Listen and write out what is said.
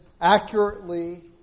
accurately